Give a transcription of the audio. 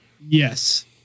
Yes